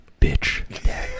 bitch